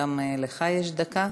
גם לך יש דקה.